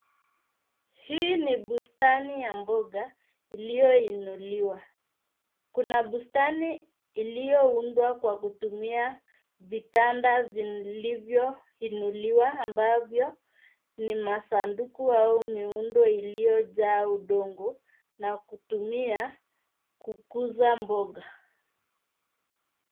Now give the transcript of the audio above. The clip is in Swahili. Hii ni bustani ya mboga iliyoinuliwa. Kuna bustani iliyoundwa kwa kutumia vitanda vilivyoinuliwa ambavyo ni sanduku au miundo iliyojaa udongo na kutumia kukuza mboga.